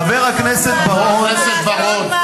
חבר הכנסת בר-און.